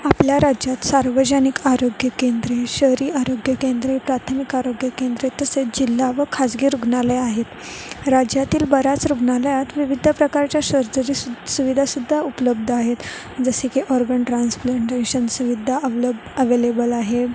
आपल्या राज्यात सार्वजनिक आरोग्य केंद्रे शहरी आरोग्य केंद्रे प्राथमिक आरोग्य केंद्रे तसेच जिल्हा व खासगी रुग्णालये आहेत राज्यातील बऱ्याच रुग्णालयात विविध प्रकारच्या सर्जरी सु सुविधासुद्धा उपलब्ध आहेत जसे की ऑर्गन ट्रान्सप्लांटेशन सुविधा अवलब अवेलेबल आहे